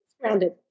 grounded